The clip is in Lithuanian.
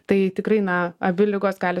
tai tikrai na abi ligos gali